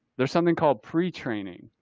there's something called pre-training.